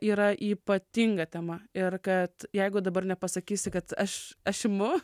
yra ypatinga tema ir kad jeigu dabar nepasakysi kad aš aš imu